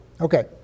Okay